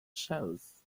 shows